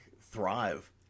thrive